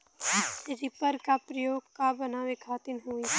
Reaper का प्रयोग का बनावे खातिन होखि?